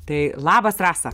tai labas rasa